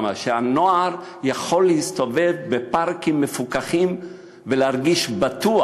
שהנוער יכול להסתובב בפארקים מפוקחים ולהרגיש בטוח.